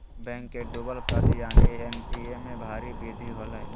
bank के डूबल कर्ज यानि एन.पी.ए में भारी वृद्धि होलय